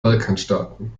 balkanstaaten